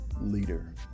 leader